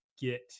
get